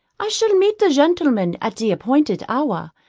i shall meet the gentlemen at the appointed hour,